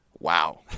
Wow